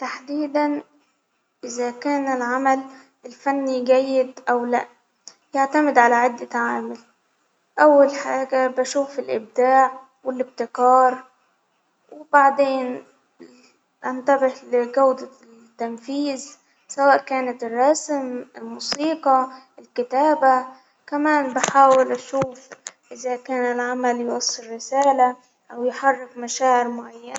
تحديدا إذا كان العمل الفني جيد أو لا، يعتمد على عدة عوامل، أول حاجة بشوف الإبداع والإبتكار، وبعدين أنتبه لجودة التنفيذ سواء كانت الرسم ،موسيقى، الكتابة، كمان بحاول أشوف إذا كان العمل يوصل رسالة أو يحرك مشاعر معينة.